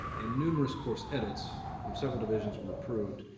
and numerous course edits from several divisions were approved.